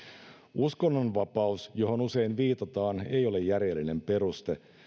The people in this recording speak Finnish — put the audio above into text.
uskonnonvapaus johon usein viitataan ei ole järjellinen peruste